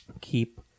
keep